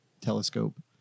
telescope